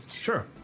Sure